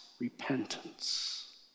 repentance